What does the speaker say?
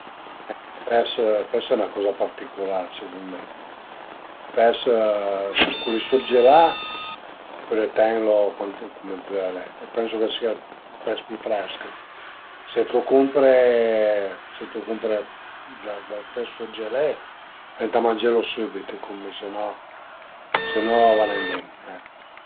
Ël pes ël pes al e 'na coza particular secund mi, pes, culi surgelà, pöle tenlu cuant cume völe e pensu ch'a sìa ël pes pi fresch, se t'lu cumpre, t'lu cumpre da fe sürgelé ëntà mangelu sübit secund mi se no a va nen bin